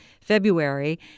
February